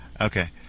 Okay